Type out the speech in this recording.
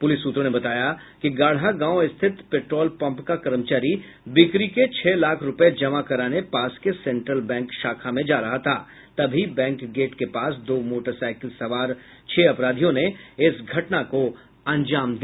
police सूत्रों ने बताया कि गाढ़ा गांव स्थित पेट्रोल पंप का कर्मचारी बिक्री के छह लाख रुपये जमा करने पास के सेंट्रल बैंक में जा रहा था तभी बैंक गेट के पास दो मोटरसाइकिल पर सवार छह अपराधियों ने इस घटना को अंजाम दिया